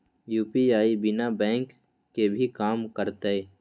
UPI बिना bank के भी कम करतै?